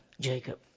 Jacob